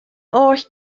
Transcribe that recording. oll